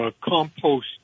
compost